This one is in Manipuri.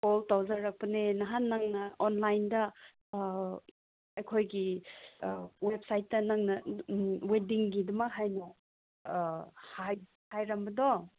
ꯀꯣꯜ ꯇꯧꯖꯔꯛꯄꯅꯦ ꯅꯍꯥꯟ ꯅꯪꯅ ꯑꯣꯟꯂꯥꯏꯟꯗ ꯑꯩꯈꯣꯏꯒꯤ ꯋꯦꯕꯁꯥꯏꯠꯇ ꯅꯪꯅ ꯋꯦꯗꯤꯡꯒꯤꯗꯃꯛ ꯍꯥꯏꯅ ꯍꯥꯏꯔꯝꯕꯗꯣ